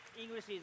English